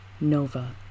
Nova